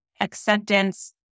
acceptance